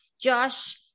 josh